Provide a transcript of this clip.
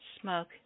Smoke